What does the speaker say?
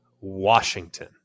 Washington